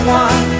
one